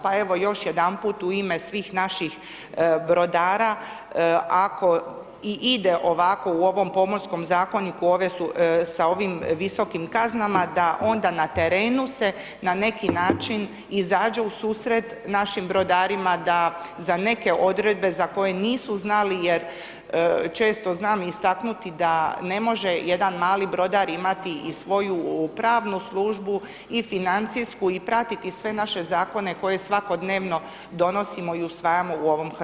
Pa evo, još jedanput u ime svih naših brodara, ako i ide ovako u ovom Pomorskom zakoniku, ove su, sa ovim visokim kaznama, da onda na terenu se, na neki način izađe u susret našim brodarima, da za neke odredbe za koje nisu znali jer često znam istaknuti da, ne može jedan mali brodar imati i svoju pravnu službu i financijsku i pratiti sve naše zakone koje svakodnevno donosimo i usvajamo u ovom HS-u.